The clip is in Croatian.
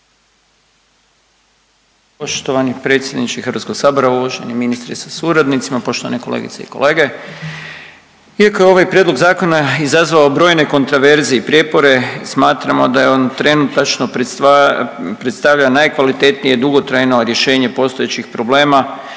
Poštovani predsjedniče HS-a, uvaženi ministre sa suradnicima, poštovane kolegice i kolege. Iako je ovaj Prijedlog zakona izazvao brojne kontroverze i prijepore, smatramo da je on trenutačno predstavlja najkvalitetnije dugotrajno rješenje postojećih problema,